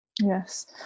Yes